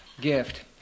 gift